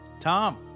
Tom